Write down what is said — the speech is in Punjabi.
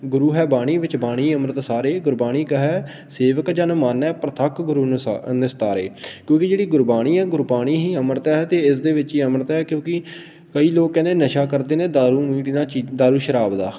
ਗੁਰੂ ਹੈ ਬਾਣੀ ਵਿੱਚ ਬਾਣੀ ਅੰਮ੍ਰਿਤ ਸਾਰੇ ਗੁਰੁ ਬਾਣੀ ਕਹੈ ਸੇਵਕੁ ਜਨੁ ਮਾਨੈ ਪਰਤਖਿ ਗੁਰੂ ਨਿਸਾ ਨਿਸਤਾਰੇ ਕਿਉਂਕਿ ਜਿਹੜੀ ਗੁਰਬਾਣੀ ਹੈ ਗੁਰਬਾਣੀ ਹੀ ਅੰਮ੍ਰਿਤ ਹੈ ਅਤੇ ਇਸ ਦੇ ਵਿੱਚ ਹੀ ਅੰਮ੍ਰਿਤ ਹੈ ਕਿਉਂਕਿ ਕਈ ਲੋਕ ਕਹਿੰਦੇ ਨਸ਼ਾ ਕਰਦੇ ਨੇ ਦਾਰੂ ਮੀਟ ਇਹਨਾਂ ਚੀ ਦਾਰੂ ਸ਼ਰਾਬ ਦਾ